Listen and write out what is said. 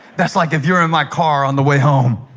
that's like if you're in my car on the way home